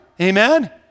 Amen